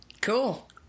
Cool